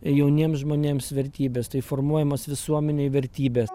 jauniems žmonėms vertybės tai formuojamos visuomenėj vertybės